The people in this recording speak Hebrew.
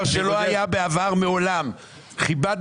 ואז ולדימיר היה שואל אותי: למה גם החשב הכללי וגם הסגן פה?